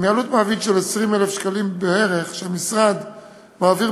מעביד של 20,000 שקלים בערך שהמשרד מעביר,